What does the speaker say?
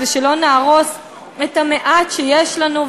ושלא נהרוס את המעט שיש לנו.